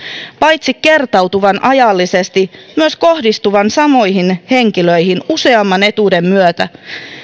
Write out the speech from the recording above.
paitsi kertautuvan ajallisesti myös kohdistuvan samoihin henkilöihin useamman etuuden myötä